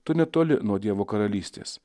tu netoli nuo dievo karalystės